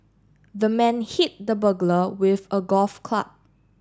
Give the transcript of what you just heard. the man hit the burglar with a golf club